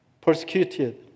persecuted